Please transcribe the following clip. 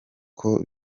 kuruta